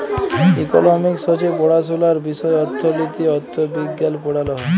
economics হছে পড়াশুলার বিষয় অথ্থলিতি, অথ্থবিজ্ঞাল পড়াল হ্যয়